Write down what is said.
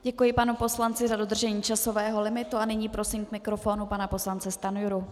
Děkuji panu poslanci za dodržení časového limitu a nyní prosím k mikrofonu pana poslance Stanjuru.